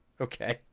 Okay